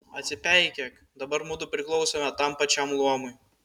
atsipeikėk dabar mudu priklausome tam pačiam luomui